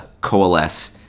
coalesce